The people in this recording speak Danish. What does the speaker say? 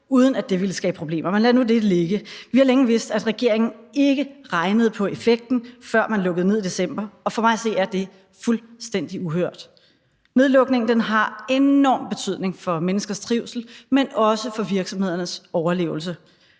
uden at det ville skabe problemer. Men lad nu det ligge. Vi har længe vidst, at regeringen ikke regnede på effekten, før man lukkede ned i december, og for mig at se er det fuldstændig uhørt. Nedlukningen har enorm betydning for ikke alene menneskers trivsel, men også for virksomhedernes overlevelse.